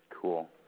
Cool